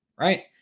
right